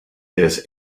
this